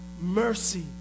mercy